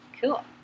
Cool